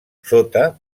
sota